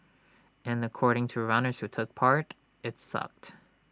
and according to runners who took part IT sucked